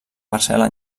parcel·la